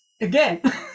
again